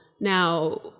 now